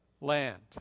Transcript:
land